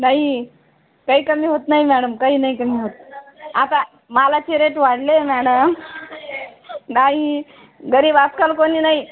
नाही काही कमी होत नाही मॅडम काही नाही कमी होत आता मालाचे रेट वाढले आहे मॅडम नाही गरीब आजकाल कोणी नाही